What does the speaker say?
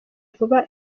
vuba